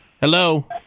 Hello